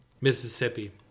Mississippi